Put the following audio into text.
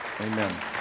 Amen